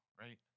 right